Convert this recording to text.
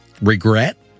regret